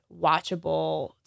watchable